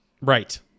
Right